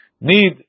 need